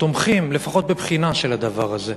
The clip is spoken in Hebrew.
שתומכים לפחות בבחינה של הדבר הזה.